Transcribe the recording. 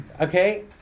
Okay